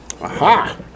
Aha